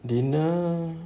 dinner